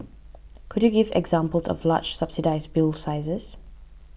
could you give examples of large subsidised bill sizes